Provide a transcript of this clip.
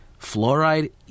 fluoride